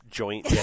...joint